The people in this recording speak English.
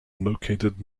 located